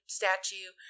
statue